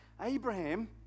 Abraham